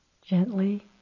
Gently